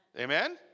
Amen